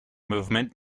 movement